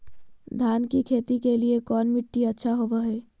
धान की खेती के लिए कौन मिट्टी अच्छा होबो है?